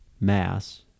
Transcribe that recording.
mass